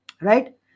Right